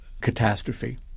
catastrophe